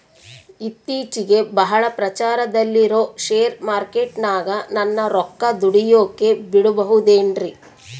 ಇತ್ತೇಚಿಗೆ ಬಹಳ ಪ್ರಚಾರದಲ್ಲಿರೋ ಶೇರ್ ಮಾರ್ಕೇಟಿನಾಗ ನನ್ನ ರೊಕ್ಕ ದುಡಿಯೋಕೆ ಬಿಡುಬಹುದೇನ್ರಿ?